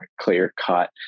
clear-cut